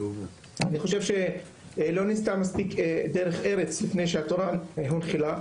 אני חושב שלא נעשתה מספיק דרך ארץ לפני שהתורה הונחלה,